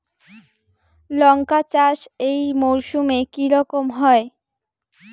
লঙ্কা চাষ এই মরসুমে কি রকম হয়?